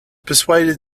persuaded